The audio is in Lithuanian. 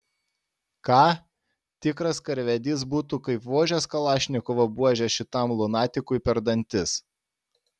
ką tikras karvedys būtų kaip vožęs kalašnikovo buože šitam lunatikui per dantis